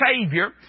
Savior